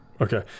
Okay